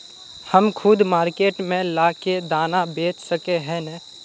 हम खुद मार्केट में ला के दाना बेच सके है नय?